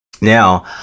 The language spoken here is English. Now